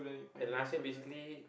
and last year basically